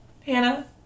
Hannah